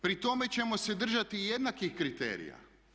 Pri tome ćemo se držati jednakih kriterija.